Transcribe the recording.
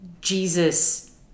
Jesus